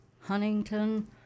Huntington